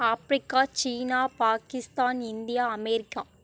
Africa சீனா Pakistan India America